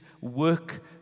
work